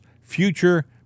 future